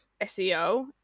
seo